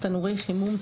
תנורי חימום,